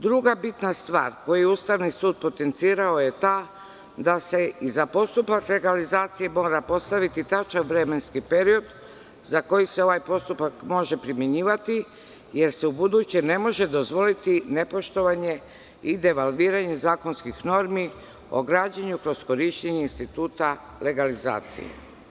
Druga bitna stvar koju je Ustavni sud potencirao je da se i za postupak legalizacije mora postaviti tačan vremenski period za koji se ovaj postupak može primenjivati, jer se ubuduće ne može dozvoliti nepoštovanje i devalviranje zakonskih normi o građenju kroz korišćenje instituta legalizacije.